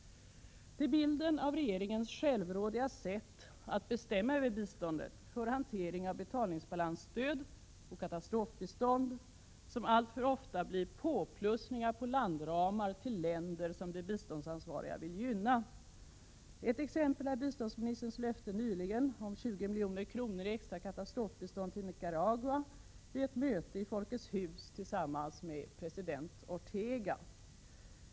Till bilden av regeringens självrådiga sätt att bestämma över biståndet hör hanteringen av betalningsbalansstöd och katastrofbistånd. Dessa blir alltför ofta till påplussningar på landramar till länder som de biståndsansvariga vill gynna. Ett exempel på detta är biståndsministerns löfte nyligen, vid ett möte i Folkets hus tillsammans med president Ortega, om 20 milj.kr. i extra katastrofbistånd till Nicaragua.